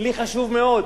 כלי חשוב מאוד.